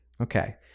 okay